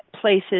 places